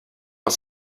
aus